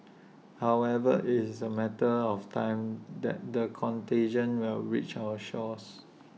however IT is A matter of time that the contagion will reach our shores